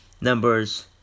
numbers